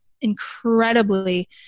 incredibly